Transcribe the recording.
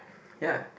ya